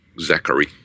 Zachary